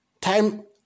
time